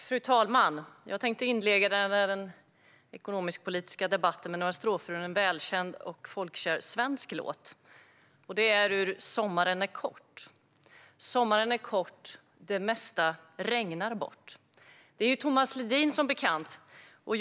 Fru talman! Jag tänkte inleda mitt inlägg i den ekonomisk-politiska debatten med en strof från en välkänd och folkkär svensk låt, Sommaren är kort : "Sommaren är kort. Det mesta regnar bort." Det är Tomas Ledin som har skrivit den, som bekant.